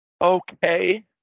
okay